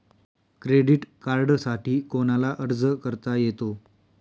Credit कार्डसाठी कोणाला अर्ज करता येतो?